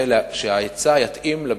זה שההיצע יתאים לביקושים.